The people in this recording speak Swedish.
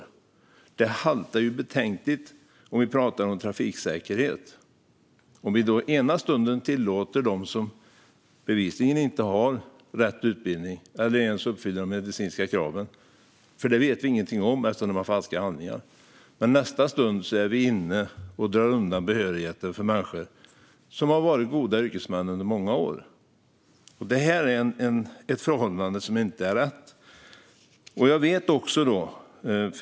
Om vi pratar om trafiksäkerhet haltar det betänkligt om vi i ena stunden tillåter dem att köra som bevisligen inte har rätt utbildning eller ens uppfyller de medicinska kraven - det vet vi ju ingenting om, eftersom de har falska handlingar - för att i nästa stund dra undan behörigheten för människor som har varit goda yrkesmän under många år. Det här är ett förhållande som inte är rätt.